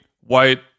white